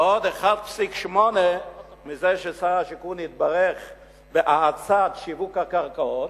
ועוד 1.8 מזה ששר השיכון התברך בהאצת שיווק הקרקעות.